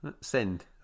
Send